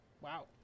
wow